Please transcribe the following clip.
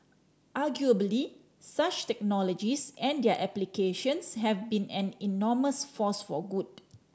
arguably such technologies and their applications have been an enormous force for good